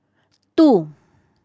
two